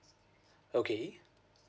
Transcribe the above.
okay